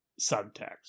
subtext